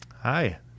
Hi